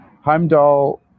Heimdall